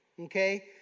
Okay